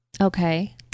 Okay